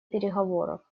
переговоров